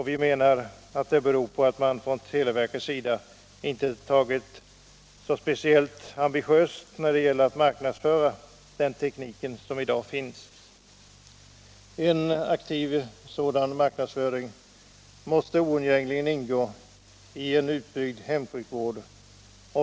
Vi menar att det beror på att televerket inte har varit så speciellt ambitiöst då det gäller att marknadsföra tekniken. En aktiv sådan marknadsföring måste oundgängligen ingå i en utbyggd hemsjukvård.